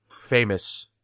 famous